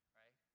right